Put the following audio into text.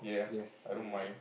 yes so you do